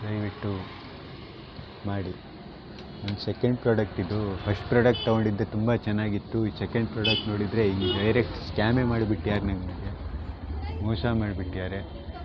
ದಯವಿಟ್ಟು ಮಾಡಿ ನನ್ನ ಸೆಕೆಂಡ್ ಪ್ರೊಡೆಕ್ಟ್ ಇದು ಫಸ್ಟ್ ಪ್ರೊಡೆಕ್ಟ್ ತೊಗೊಂಡಿದ್ದು ತುಂಬ ಚೆನ್ನಾಗಿತ್ತು ಇದು ಸೆಕೆಂಡ್ ಪ್ರೊಡೆಕ್ಟ್ ನೋಡಿದರೆ ಹಿಂಗೆ ಡೈರೆಕ್ಟ್ ಸ್ಕ್ಯಾಮೇ ಮಾಡಿಬಿಟ್ಯಾರೆ ನನಗೆ ಮೋಸ ಮಾಡಿಬಿಟ್ಯಾರೆ